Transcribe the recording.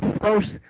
first